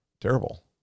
terrible